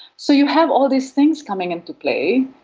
so you have all these things coming into play,